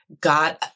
God